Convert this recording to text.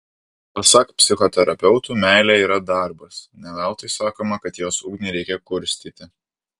pasak psichoterapeutų meilė yra darbas ne veltui sakoma kad jos ugnį reikia kurstyti